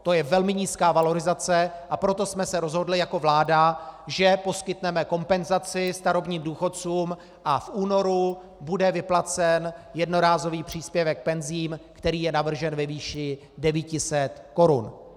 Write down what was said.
To je velmi nízká valorizace, a proto jsme se rozhodli jako vláda, že poskytneme kompenzaci starobním důchodcům a v únoru bude vyplacen jednorázový příspěvek penzí, který je navržen ve výši 900 korun.